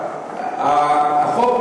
החוק,